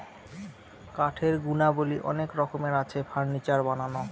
কাঠের গুণাবলী অনেক রকমের আছে, ফার্নিচার বানানো